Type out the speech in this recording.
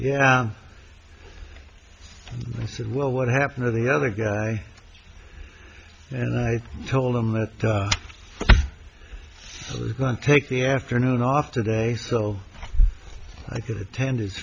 said well what happened to the other guy and i told him that i was going to take the afternoon off today so i could attend his